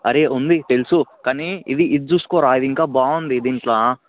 అరే ఉంది తెలుసు కానీ ఇది ఇది చూసుకోరా ఇది ఇంకా బాగుంది దీంట్లో